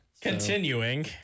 Continuing